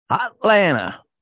Atlanta